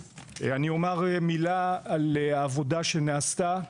אומר מילה על העבודה שנעשתה.